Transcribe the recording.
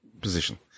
position